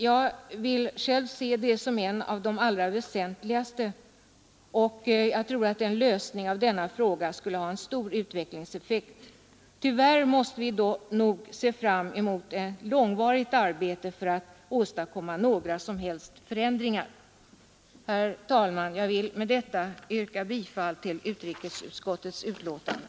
Jag vill själv se den som en av de allra viktigaste frågorna, och jag tror att en lösning av den skulle ha stor utvecklingseffekt. Tyvärr måste vi nog se fram mot ett långvarigt arbete om vi skall kunna åstadkomma några som helst förändringar. Herr talman! Jag vill med detta yrka bifall till utskottets hemställan.